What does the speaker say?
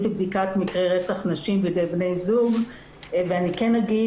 לבדיקת מקרי רצח נשים בידי בני זוג ואני כן אגיד,